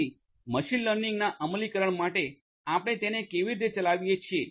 તેથી મશીન લર્નિંગના અમલીકરણ માટે આપણે તેને કેવી રીતે ચલાવીએ છીએ